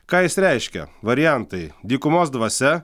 ką jis reiškia variantai dykumos dvasia